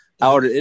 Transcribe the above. out